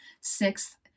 sixth